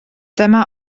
dyma